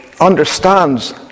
understands